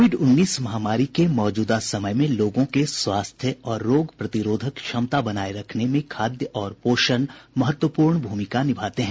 Covid उन्नीस महामारी के मौजूदा समय में लोगों के स्वास्थ्य और रोग प्रतिरोधक क्षमता बनाए रखने में खाद्य और पोषण महत्वपूर्ण भूमिका निभाते हैं